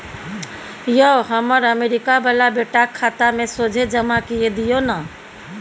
यौ हमर अमरीका बला बेटाक खाता मे सोझे जमा कए दियौ न